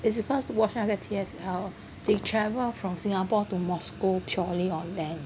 is because watch 那个 T_S_L they travel from Singapore to Moscow purely on land